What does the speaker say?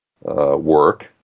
work